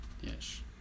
Yes